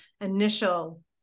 initial